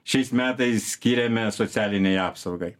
šiais metais skyrėme socialinei apsaugai